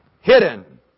hidden